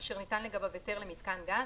אשר ניתן לגביו היתר למיתקן גז,